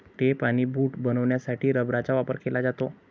tape आणि boot बनवण्यासाठी रबराचा वापर केला जातो